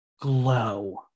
glow